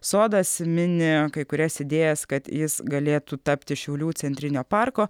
sodas mini kai kurias idėjas kad jis galėtų tapti šiaulių centrinio parko